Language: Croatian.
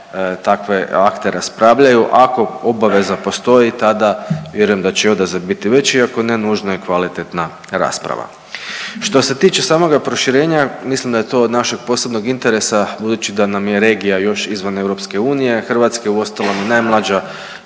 takve aktere spravljaju. Ako obaveza postoji tada vjerujem da će i odaziv biti veći, ako ne nužna je kvalitetna rasprava. Što se tiče samoga proširenja mislim da je to od našeg posebnog interesa budući da nam je regija još izvan EU. Hrvatska je uostalom i najmlađa